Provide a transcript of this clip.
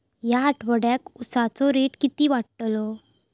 या आठवड्याक उसाचो रेट किती वाढतलो?